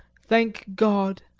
thank god!